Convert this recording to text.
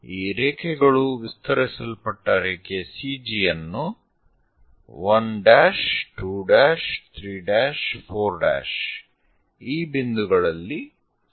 ಈ ರೇಖೆಗಳು ವಿಸ್ತರಿಸಲ್ಪಟ್ಟ ರೇಖೆ CG ಯನ್ನು 1' 2' 3' 4' ಈ ಬಿಂದುಗಳಲ್ಲಿ ಛೇದಿಸಲಿವೆ